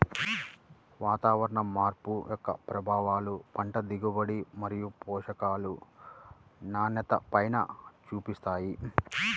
వాతావరణ మార్పు యొక్క ప్రభావాలు పంట దిగుబడి మరియు పోషకాల నాణ్యతపైన చూపిస్తాయి